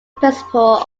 principle